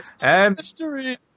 History